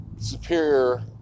Superior